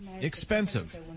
expensive